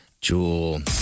Jewel